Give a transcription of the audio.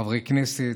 חברי הכנסת,